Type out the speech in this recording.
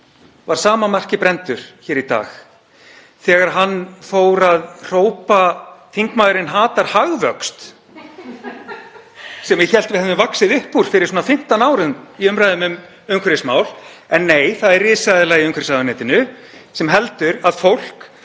var sama marki brenndur hér í dag þegar hann fór að hrópa: Þingmaðurinn hatar hagvöxt, sem ég hélt við hefðum vaxið upp úr fyrir svona 15 árum í umræðum um umhverfismál. En nei, það er risaeðla í umhverfisráðuneytinu sem heldur að það